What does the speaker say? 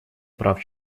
прав